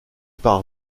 par